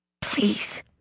Please